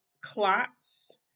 clots